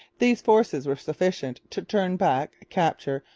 these forces were sufficient to turn back, capture,